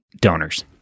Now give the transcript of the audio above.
Donors